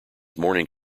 morning